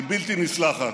היא בלתי נסלחת.